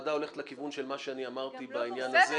חייבת לשאול, מה קרה עם החוב של 2016?